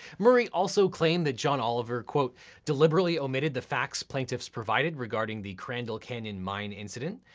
murray also claimed that john oliver, quote deliberately omitted the facts plaintiffs provided regarding the crandall canyon mine incident,